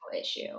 issue